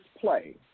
play